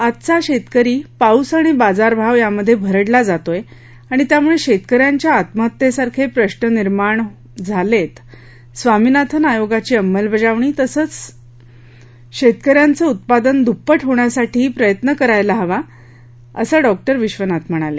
आजचा शेतकरी पाऊस आणि बाजारभाव यामध्ये भरडला जातोय आणि त्यामुळे शेतकऱ्यांच्या आत्महत्येसारखे प्रश्न निर्माण झालेत स्वामिनाथन आयोगाची अंमलबजावणी तसंच होऊन शेतकऱ्यांचे उत्पादन दुप्पट होण्यासाठीही प्रयत्न करायला हवेत असं डॉ विश्वनाथा म्हणाले